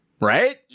right